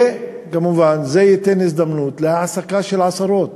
וכמובן, זה ייתן הזדמנות להעסקה של עשרות,